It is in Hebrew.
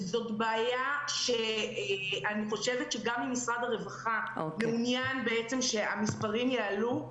וזאת בעיה שאני חושבת שגם אם משרד הרווחה מעוניין שהמספרים יעלו,